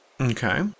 Okay